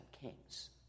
Kings